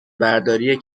برداری